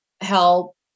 help